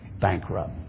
bankrupt